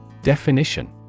Definition